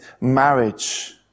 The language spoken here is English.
marriage